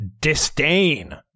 disdain